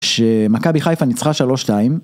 שמכבי חיפה ניצחה 3-2.